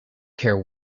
care